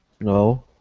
No